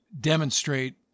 demonstrate